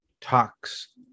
talks